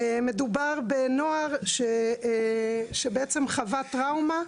מדובר בנוער שחווה טראומה.